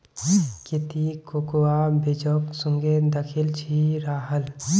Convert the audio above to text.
की ती कोकोआ बीजक सुंघे दखिल छि राहल